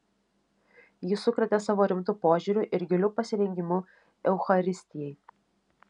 ji sukrėtė savo rimtu požiūriu ir giliu pasirengimu eucharistijai